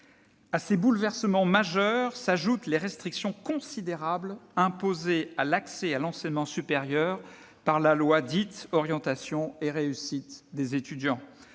À ces bouleversements majeurs s'ajoutent les restrictions considérables imposées à l'accès à l'enseignement supérieur par la loi relative à l'orientation et la réussite des étudiants,